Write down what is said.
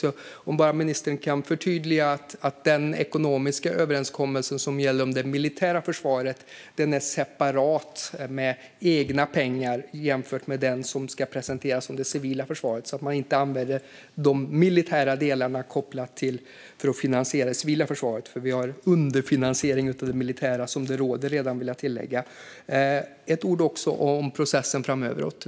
Jag undrar om ministern bara kan förtydliga att den ekonomiska överenskommelse som gäller det militära försvaret är separat med egna pengar, jämfört med den som ska presenteras om det civila försvaret, så att man inte använder de militära delarna för att finansiera det civila försvaret. Det råder redan underfinansiering av det militära försvaret, vill jag tillägga. Några ord också om processen framöver.